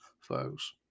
foes